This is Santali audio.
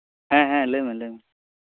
ᱦᱮᱸ ᱦᱮᱸ ᱞᱟᱹᱭᱢᱮ ᱞᱟᱹᱭᱢᱮ